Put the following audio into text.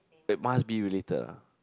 it must be related ah